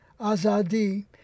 Azadi